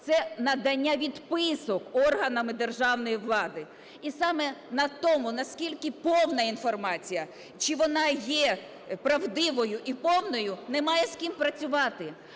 це надання відписок органами державної влади. І саме на тому, наскільки повна інформація, чи вона є правдивою і повною, немає з ким працювати.